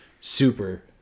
super